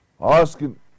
asking